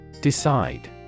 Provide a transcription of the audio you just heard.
Decide